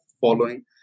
following